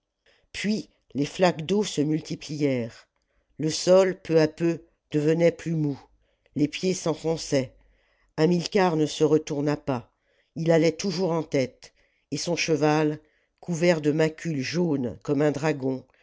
puis les flaques d'eau se muhiplièrent le sol peu à peu devenait plus mou les pieds s'enfonçaient hamilcar ne se retourna pas ii allait toujours en tête et son cheval couvert de macules jaunes comme un dragon